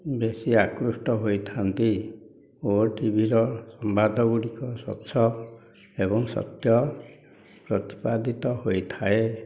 ବେଶୀ ଆକୃଷ୍ଟ ହୋଇଥାନ୍ତି ଓଟିଭି ର ସମ୍ବାଦ ଗୁଡ଼ିକ ସ୍ୱଚ୍ଛ ଏବଂ ସତ୍ୟ ପ୍ରତିପାଦିତ ହୋଇଥାଏ